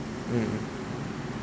mm